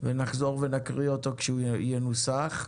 ונחזור ונקריא אותו כשהוא ינוסח.